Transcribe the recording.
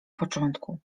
początku